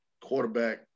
quarterback